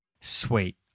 sweet